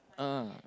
ah